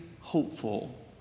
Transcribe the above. hopeful